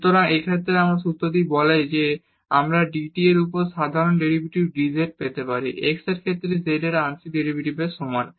সুতরাং এই ক্ষেত্রে এই সূত্রটি বলে যে আমরা dt এর উপর এই সাধারণ ডেরিভেটিভ dz পেতে পারি x এর ক্ষেত্রে z এর আংশিক ডেরিভেটিভের সমান